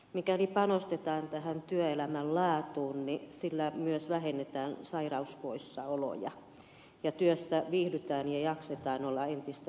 mikäli panostetaan tähän työelämän laatuun niin sillä myös vähennetään sairauspoissaoloja ja työssä viihdytään ja jaksetaan olla entistä pidempään